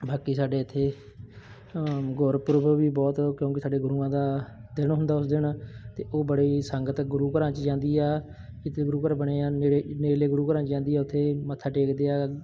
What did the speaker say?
ਬਾਕੀ ਸਾਡੇ ਇੱਥੇ ਗੁਰਪੁਰਬ ਵੀ ਬਹੁਤ ਕਿਉਂਕਿ ਸਾਡੇ ਗੁਰੂਆਂ ਦਾ ਦਿਨ ਹੁੰਦਾ ਉਸ ਦਿਨ ਅਤੇ ਉਹ ਬੜੇ ਹੀ ਸੰਗਤ ਗੁਰੂ ਘਰਾਂ 'ਚ ਜਾਂਦੀ ਆ ਜਿੱਥੇ ਗੁਰੂ ਘਰ ਬਣੇ ਆ ਨੇੜੇ ਨੇੜਲੇ ਗੁਰੂ ਘਰਾਂ 'ਚ ਜਾਂਦੀ ਆ ਉੱਥੇ ਮੱਥਾ ਟੇਕਦੇ ਆ